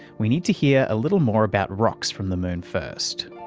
we need to hear a little more about rocks from the moon first.